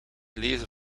lezen